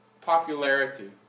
popularity